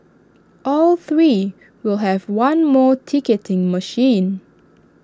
all three will have one more ticketing machine